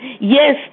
Yes